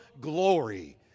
glory